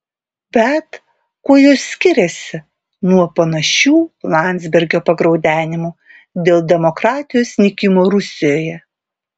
bet kuo jos skiriasi nuo panašių landsbergio pagraudenimų dėl demokratijos nykimo rusijoje